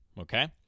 Okay